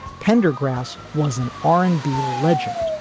pendergrass was an r and b legend,